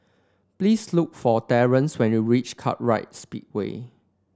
please look for Terence when you reach Kartright Speedway